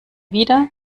wieder